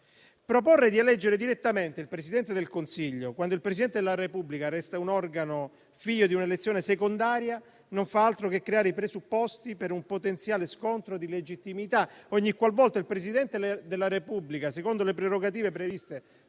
Proporre di eleggere direttamente il Presidente del Consiglio, quando il Presidente della Repubblica resta un organo figlio di un'elezione secondaria, non fa altro che creare i presupposti per un potenziale scontro di legittimità ogniqualvolta il Presidente della Repubblica, secondo le prerogative previste